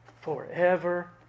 forever